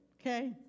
okay